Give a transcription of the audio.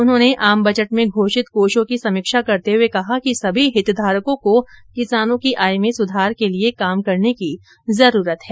उन्होंने आम बजट में घोषित कोषों की समीक्षा करते हुये कहा कि सभी हितधारकों को किसानों की आय में सुधार के लिए काम करने की जरूरत है